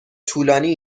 طولانی